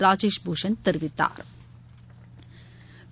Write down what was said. ராஜேஷ் பூஷன் தெரிவித்தாா்